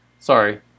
Sorry